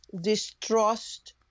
distrust